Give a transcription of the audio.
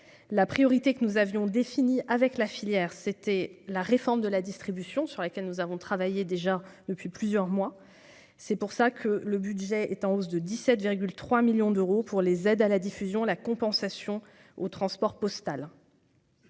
la priorité que nous avions définie avec la filière, c'était la réforme de la distribution sur lesquels nous avons travaillé déjà depuis plusieurs mois, c'est pour ça que le budget est en hausse de 17,3 millions d'euros pour les aides à la diffusion, la compensation au transport postal.